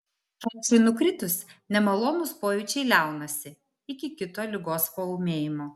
šašui nukritus nemalonūs pojūčiai liaunasi iki kito ligos paūmėjimo